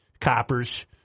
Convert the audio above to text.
coppers